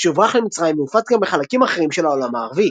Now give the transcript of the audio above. שהוברח למצרים והופץ גם בחלקים אחרים של העולם הערבי.